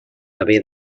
haver